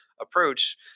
approach